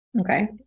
Okay